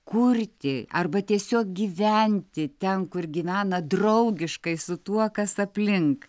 kurti arba tiesiog gyventi ten kur gyvena draugiškai su tuo kas aplink